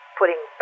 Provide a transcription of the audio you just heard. putting